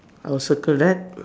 I will circle that